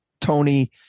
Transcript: Tony